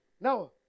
Now